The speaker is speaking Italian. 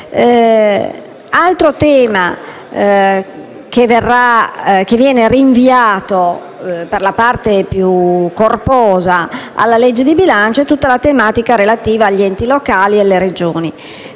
Altro tema che viene rinviato per la parte corposa alla legge di bilancio è quello relativo agli enti locali e alle Regioni.